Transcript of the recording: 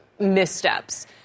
missteps